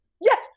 Yes